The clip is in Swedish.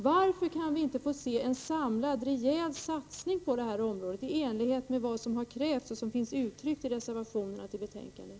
Varför skall vi inte kunna få se en samlad rejäl satsning på det här området i enlighet med vad som krävs i reservationerna till betänkandet?